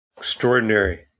Extraordinary